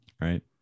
right